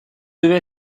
deve